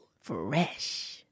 Fresh